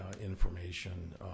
information